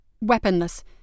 Weaponless